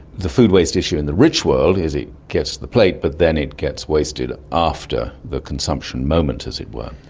the food waste issue in the rich world is it gets to the plate but then it gets wasted after the consumption moment, as it were.